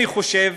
אני חושב,